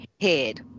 head